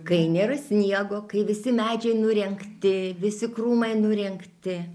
kai nėra sniego kai visi medžiai nurengti visi krūmai nurengti